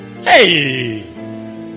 Hey